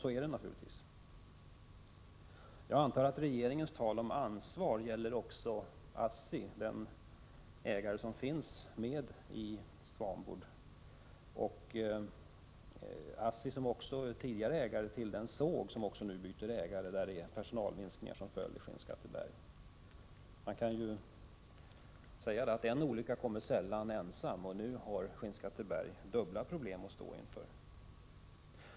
Så är det naturligtvis. Jag antar att regeringens tal om ansvar gäller också ASSI, som finns med som ägare till Swanboard och tidigare även till den såg som nu byter ägare, med personalminskningar i Skinnskatteberg som följd. En olycka kommer sällan ensam, heter det ju, och nu står Skinnskatteberg inför dubbla problem.